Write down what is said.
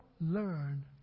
learn